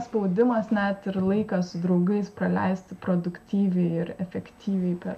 spaudimas net ir laiką su draugais praleisti produktyviai ir efektyviai per